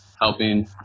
helping